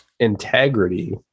Integrity